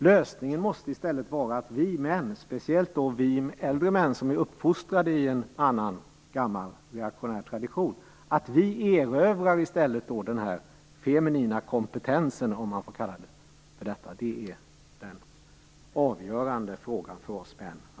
Lösningen måste vara att vi män - och speciellt vi äldre som är uppfostrade i en annan, reaktionär tradition - erövrar den feminina kompetensen, om man får kalla det så. Det är den avgörande frågan att klara av för oss män.